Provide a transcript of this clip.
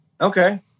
Okay